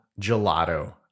gelato